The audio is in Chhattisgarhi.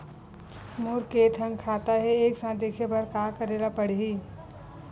मोर के थन खाता हे एक साथ देखे बार का करेला पढ़ही?